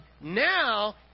now